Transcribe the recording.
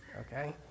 okay